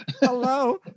Hello